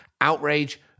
outrage